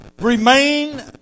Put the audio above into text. remain